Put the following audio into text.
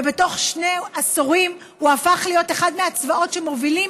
ובתוך שני עשורים הוא הפך להיות אחד הצבאות שמובילים